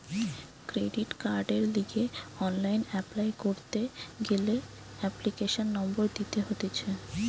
credit কার্ডের লিগে online apply করতি গ্যালে এপ্লিকেশনের নম্বর দিতে হতিছে